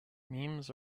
memes